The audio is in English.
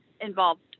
involved